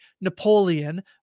Napoleon